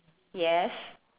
yes